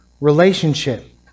relationship